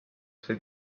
sai